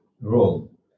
role